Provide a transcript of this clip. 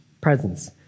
presence